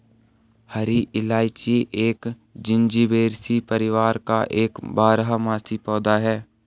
हरी इलायची एक जिंजीबेरेसी परिवार का एक बारहमासी पौधा है